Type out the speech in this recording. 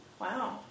Wow